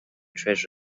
treasure